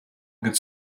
good